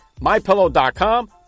MyPillow.com